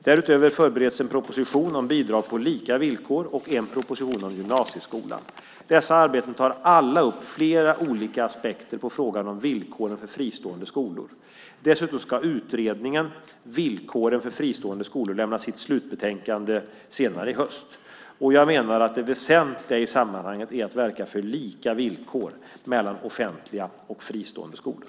Därutöver bereds en proposition om bidrag på lika villkor och en proposition om gymnasieskolan. Dessa arbeten tar alla upp flera olika aspekter på frågan om villkoren för fristående skolor. Dessutom ska utredningen Villkoren för fristående skolor lämna sitt slutbetänkande senare i höst. Jag menar att det väsentliga i sammanhanget är att verka för lika villkor mellan offentliga och fristående skolor.